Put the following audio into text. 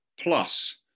Plus